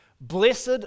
Blessed